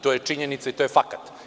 To je činjenica i to je fakat.